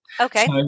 Okay